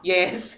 Yes